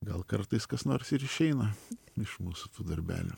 gal kartais kas nors ir išeina iš mūsų tų darbelių